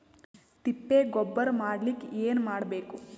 ತಿಪ್ಪೆ ಗೊಬ್ಬರ ಮಾಡಲಿಕ ಏನ್ ಮಾಡಬೇಕು?